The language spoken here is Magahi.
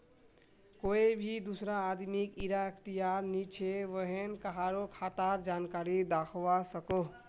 कोए भी दुसरा आदमीक इरा अख्तियार नी छे व्हेन कहारों खातार जानकारी दाखवा सकोह